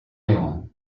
león